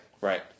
Right